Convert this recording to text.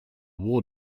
war